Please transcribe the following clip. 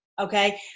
Okay